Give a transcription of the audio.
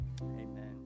amen